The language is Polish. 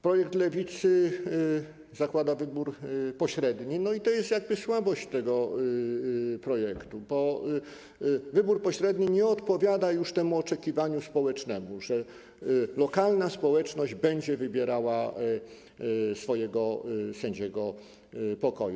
Projekt Lewicy zakłada wybór pośredni - i to jest jakby słabość tego projektu, bo wybór pośredni nie odpowiada już temu oczekiwaniu społecznemu, że lokalna społeczność będzie wybierała swojego sędziego pokoju.